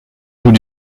joue